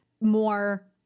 more